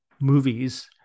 movies